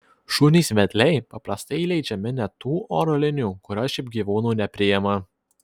šunys vedliai paprastai įleidžiami net tų oro linijų kurios šiaip gyvūnų nepriima